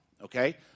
okay